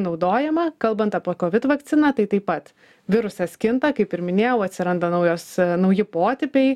naudojama kalbant apo kovid vakciną tai taip pat virusas kinta kaip ir minėjau atsiranda naujos nauji potipiai